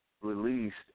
released